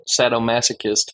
sadomasochist